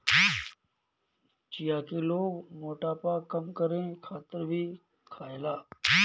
चिया के लोग मोटापा कम करे खातिर भी खायेला